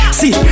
see